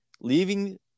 leaving